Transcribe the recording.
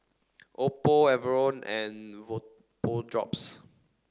Oppo Enervon and Vapodrops